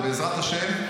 ובעזרת השם,